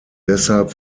deshalb